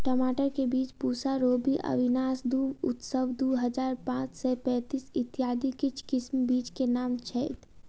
टमाटर केँ बीज पूसा रूबी, अविनाश दु, उत्सव दु हजार पांच सै पैतीस, इत्यादि किछ किसिम बीज केँ नाम छैथ?